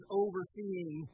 overseeing